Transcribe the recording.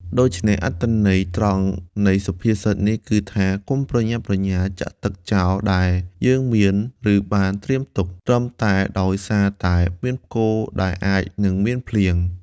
ដូច្នេះ អត្ថន័យត្រង់នៃសុភាសិតនេះគឺថា កុំប្រញាប់ប្រញាល់ចាក់ទឹកចោលដែលយើងមាន ឬបានត្រៀមទុក ត្រឹមតែដោយសារតែមានផ្គរដែលអាចនិងមានភ្លៀង ។